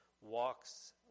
walks